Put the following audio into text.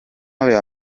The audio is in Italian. aveva